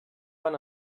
van